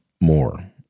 more